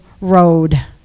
road